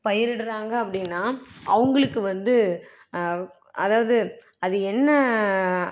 பயிரிடறாங்க அப்படின்னா அவர்களுக்கு வந்து அதாவது அது என்ன